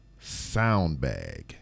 soundbag